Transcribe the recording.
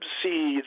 see